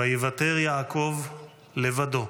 "וַיִּוָּתֵר יעקב לבדו".